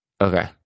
okay